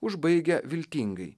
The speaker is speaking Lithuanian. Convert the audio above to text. užbaigia viltingai